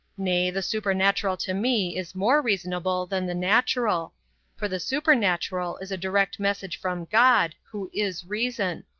nay, the supernatural to me is more reasonable than the natural for the supernatural is a direct message from god, who is reason.